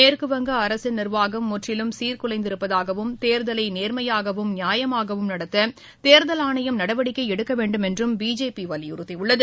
மேற்குவங்கத்தின் அரசின் நிர்வாகம் முற்றிலும் சீர்குலைந்து இருப்பதாகவும் தேர்தலை நேர்மையாகவும் நியாயமாகவும் நடத்த தேர்தல் ஆணையம் நடவடிக்கை எடுக்க வேண்டுமென்று பிஜேபி வலியுறத்தியுள்ளது